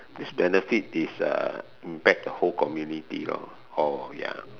this benefit is uh impact the whole community lor or ya